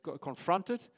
confronted